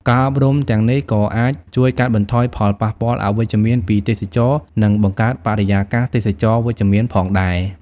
ការអប់រំទាំងនេះក៏អាចជួយកាត់បន្ថយផលប៉ះពាល់អវិជ្ជមានពីទេសចរណ៍និងបង្កើតបរិយាកាសទេសចរណ៍វិជ្ជមានផងដែរ។